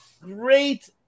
Great